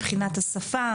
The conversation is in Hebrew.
מבחינת השפה,